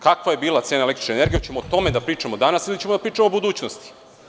Kakva je bila cena električne energije, hoćemo o tome da pričamo danas ili ćemo da pričamo o budućnosti?